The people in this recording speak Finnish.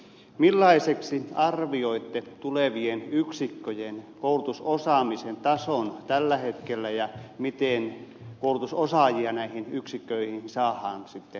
millaiseksi arvioitte tulevien yksikköjen koulutusosaamisen tason tällä hetkellä ja miten koulutusosaajia näihin yksiköihin saadaan sitten lisää